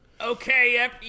Okay